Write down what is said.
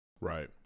Right